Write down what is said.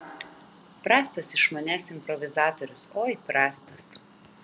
prastas iš manęs improvizatorius oi prastas